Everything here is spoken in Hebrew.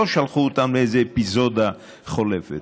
לא שלחו אותם לאיזו אפיזודה חולפת,